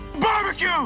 Barbecue